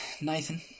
Nathan